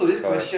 because